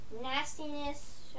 Nastiness